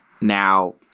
Now